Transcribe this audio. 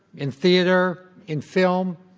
in theater, in film,